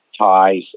ties